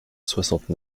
soixante